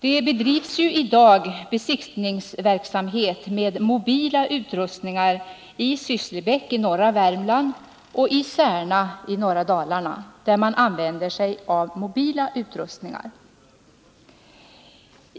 Det bedrivs ju i dag besiktningsverksamhet med mobila utrustningar i Sysslebäck i norra Värmland och i Särna i norra Dalarna.